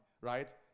right